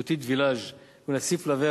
petit village, קוראים לה: CIF-Lavera.